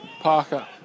Parker